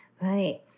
Right